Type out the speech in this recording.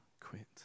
quit